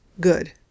Good